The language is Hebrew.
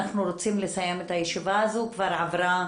אנחנו רוצים לסיים את הישיבה הזו, היא כבר עברה